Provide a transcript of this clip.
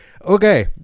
Okay